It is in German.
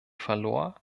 verlor